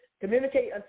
communicate